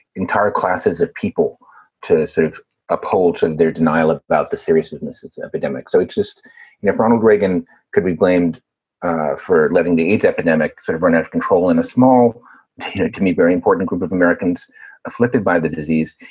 entire classes of people to sort of uphold and their denial about the seriousness epidemic. so it's just if ronald reagan could be blamed for letting the aids epidemic sort of run out of control in a small it can be very important group of americans afflicted by the disease.